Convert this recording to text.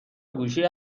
گوشی